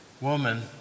woman